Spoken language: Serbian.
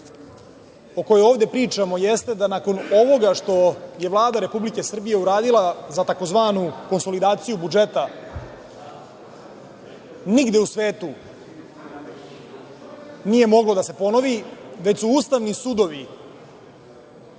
o kojoj ovde pričamo jeste da nakon onoga što je Vlada Republike Srbije uradila za tzv. konsolidaciju budžeta nigde u svetu nije moglo da se ponovi, već su ustavni sudovi